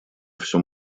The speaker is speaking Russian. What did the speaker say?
всем